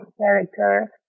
character